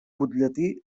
butlletí